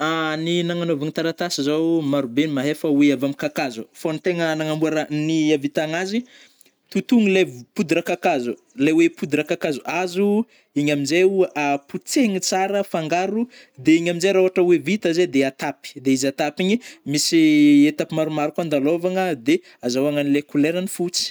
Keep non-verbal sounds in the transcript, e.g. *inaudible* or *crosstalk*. *hesitation* Ny nagnanôvagna taratasy zao *hesitation* maro be ny mahay fô oe avy am kankazo, fô gny tegna nagnamboara- ny *hesitation* avitagnazy, totoigny le v *hesitation* poudre kakazo lay oe poudre kakazo azo *hesitation* igny amzaio *hesitation* potsehigny tsara fangaro de igny amnjai rah ôhatra oe vita zay de atapy, de izy atapy igny misy *hesitation* etapy maromaro koa andalôvagna de azahoagna anle coulerany fotsy.